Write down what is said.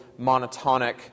monotonic